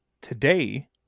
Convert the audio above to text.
Today